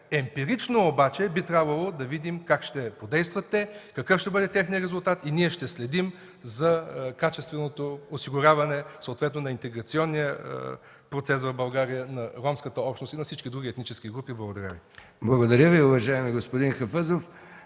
Емпирично обаче би трябвало да видим как ще подействат, какъв ще бъде техният резултат и ние ще следим за качественото осигуряване на интеграционния процес в България на ромската общност и на всички други етнически групи. Благодаря Ви.